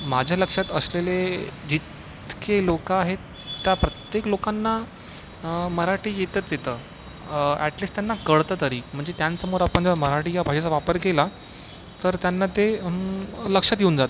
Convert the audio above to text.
माझ्या लक्षात असलेले जितके लोक आहेत त्या प्रत्येक लोकांना मराठी येतंच येतं ॲटलिस्ट त्यांना कळतं तरी म्हणजे त्यांसमोर आपण जर मराठी या भाषेचा वापर केला तर त्यांना ते लक्षात येऊन जातं